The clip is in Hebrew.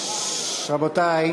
בבקשה.